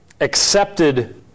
accepted